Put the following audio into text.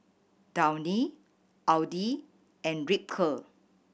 Downy Audi and Ripcurl